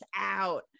out